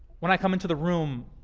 when i come into the room,